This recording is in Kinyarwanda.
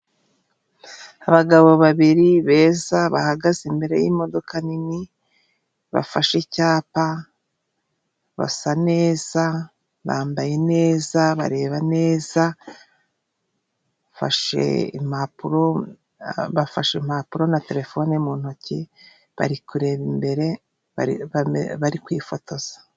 Abagabo babiri beza bahagaze imbere y'imodoka nini, bafashe icyapa, basa neza, bambaye neza, bareba neza, bafashe impapuro na terefone mu ntoki, bari kureba imbere bari kwifotoza.